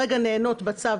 הנה אני אומרת כאן לפרוטוקול,